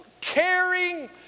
caring